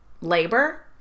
labor